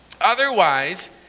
Otherwise